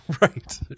right